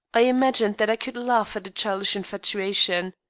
i imagined that i could laugh at a childish infatuation.